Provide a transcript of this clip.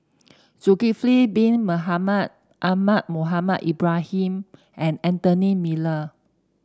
Zulkifli Bin Mohamed Ahmad Mohamed Ibrahim and Anthony Miller